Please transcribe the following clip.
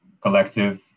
collective